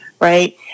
right